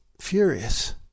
furious